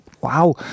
Wow